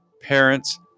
Parents